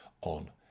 on